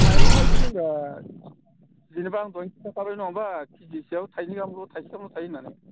माइरंआ बिदिनोब्रा जेनेबा आं दहायनो खिथाखाबाय नङा होमबा खेजिआव थाइनै गाहामल' थाइथामल' थायो होननानै